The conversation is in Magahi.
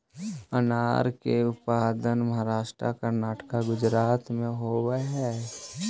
अनार के उत्पादन महाराष्ट्र, कर्नाटक, गुजरात में होवऽ हई